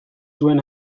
zuen